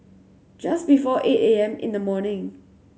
just before eight A M in the morning